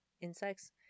insects